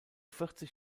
vierzig